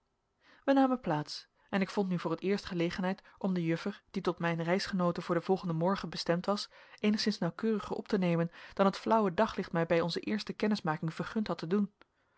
wij namen plaats en ik vond nu voor het eerst gelegenheid om de juffer die tot mijn reisgenoote voor den volgenden morgen bestemd was eenigszins nauwkeuriger op te nemen dan het flauwe daglicht mij bij onze eerste kennismaking vergund had te doen